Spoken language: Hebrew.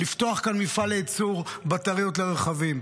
לפתוח כאן מפעל לייצור בטריות לרכבים,